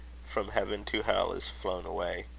from heaven to hell is flown away.